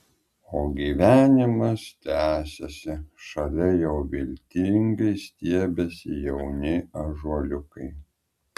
o gyvenimas tęsiasi šalia jau viltingai stiebiasi jauni ąžuoliukai